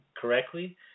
correctly